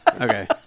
Okay